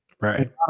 Right